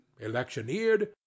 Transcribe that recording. electioneered